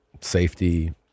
safety